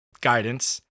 guidance